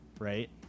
Right